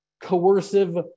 coercive